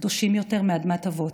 קדושים יותר מאדמת אבות,